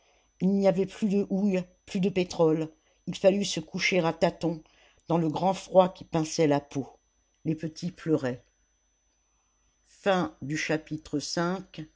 il n'y avait plus de houille plus de pétrole il fallut se coucher à tâtons dans le grand froid qui pinçait la peau les petits pleuraient vi